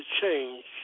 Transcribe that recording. change